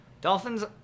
Dolphins